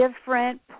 different